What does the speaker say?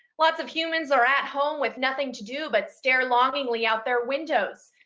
lots of humans are at home with nothing to do but stare longingly out their windows,